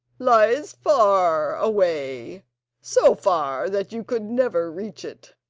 lies far away so far that you could never reach it.